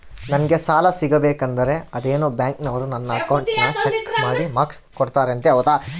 ನಂಗೆ ಸಾಲ ಸಿಗಬೇಕಂದರ ಅದೇನೋ ಬ್ಯಾಂಕನವರು ನನ್ನ ಅಕೌಂಟನ್ನ ಚೆಕ್ ಮಾಡಿ ಮಾರ್ಕ್ಸ್ ಕೊಡ್ತಾರಂತೆ ಹೌದಾ?